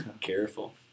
Careful